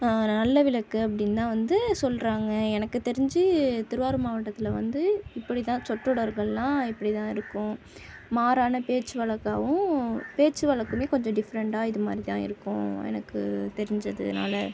நல்ல விளக்கு அப்படின்னு தான் வந்து சொல்றாங்க எனக்கு தெரிஞ்சு திருவாரூர் மாவட்டத்தில் வந்து இப்படி தான் சொற்றொடர்கள்லாம் இப்படி தான் இருக்கும் மாறான பேச்சு வழக்காகவும் பேச்சு வழக்குலையும் கொஞ்சம் டிஃபரென்ட்டாக இது மாதிரி தான் இருக்கும் எனக்கு தெரிஞ்சதுனால்